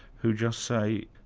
who just say,